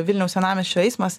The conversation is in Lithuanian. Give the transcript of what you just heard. vilniaus senamiesčio eismas